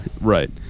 Right